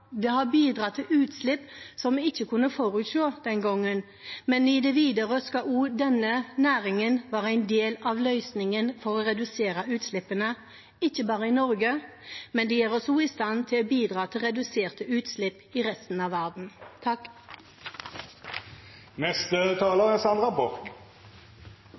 Det har bidratt til utslipp som vi ikke kunne forutse den gangen, men i det videre skal også denne næringen være en del av løsningen for å redusere utslippene – ikke bare i Norge, for det gjør oss også i stand til å bidra til reduserte utslipp i resten av verden. Som flere her har vært inne på, er